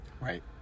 Right